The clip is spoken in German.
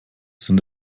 sind